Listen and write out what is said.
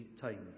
time